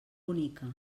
bonica